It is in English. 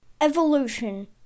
Evolution